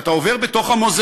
כשאתה עובר במוזיאון,